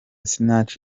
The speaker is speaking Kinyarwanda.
sinach